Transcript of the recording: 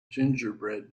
gingerbread